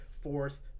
fourth